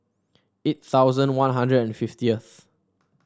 eight thousand One Hundred and fiftieth